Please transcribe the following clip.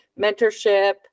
mentorship